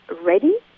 ready